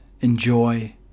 enjoy